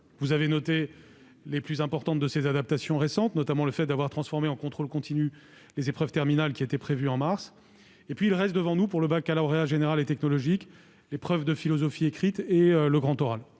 Vous avez relevé les plus importantes de ces adaptations récentes, notamment le fait d'avoir transformé en contrôle continu des épreuves terminales qui étaient prévues en mars dernier. Nous avons encore devant nous pour le baccalauréat général et technologique l'épreuve de philosophie écrite et le grand oral.